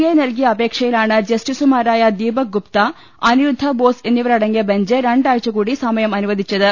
I നൽകിയ അപേക്ഷയിലാണ് ജസ്റ്റിസുമാരായ ദീപക് ഗുപ്ത അനിരുദ്ധ ബോസ് എന്നിവരടങ്ങിയ ബഞ്ച് രണ്ടാഴ്ചകൂടി സമയം അനുവദിച്ചത്